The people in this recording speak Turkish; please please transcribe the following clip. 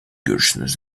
görüşünüz